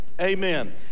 Amen